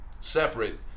separate